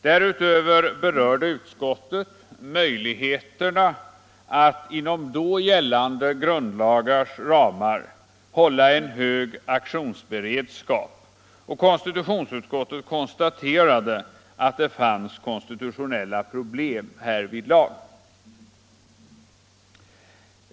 Därutöver berörde utskottet möjligheterna att inom då gällande grundlagars ramar hålla en hög aktionsberedskap. Konstitutionsutskottet konstaterade att det fanns konstitutionella problem härvidlag.